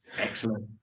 Excellent